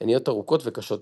הן נהיות ארוכות וקשות יותר.